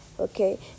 Okay